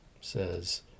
says